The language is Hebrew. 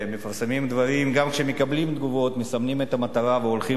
וגם כשמקבלים תגובות מסמנים את המטרה והולכים